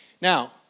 Now